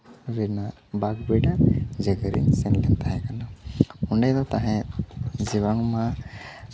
ᱨᱮᱱᱟᱜ ᱵᱟᱜᱽᱵᱮᱰᱟ ᱡᱟᱭᱜᱟ ᱨᱮᱧ ᱥᱮᱱ ᱞᱮᱱ ᱛᱟᱦᱮᱸ ᱠᱟᱱᱟ ᱚᱸᱰᱮ ᱫᱚ ᱛᱟᱦᱮᱸᱫ ᱡᱮ ᱵᱟᱝᱢᱟ